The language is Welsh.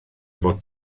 fod